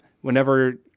Whenever